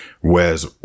Whereas